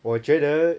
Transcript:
我觉得